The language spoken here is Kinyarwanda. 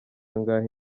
angahe